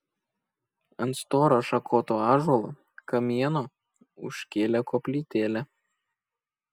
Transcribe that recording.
ant storo šakoto ąžuolo kamieno užkėlė koplytėlę